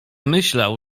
myślał